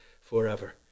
forever